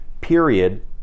period